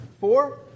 Four